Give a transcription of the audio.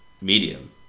medium